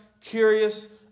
curious